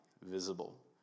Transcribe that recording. visible